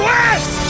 West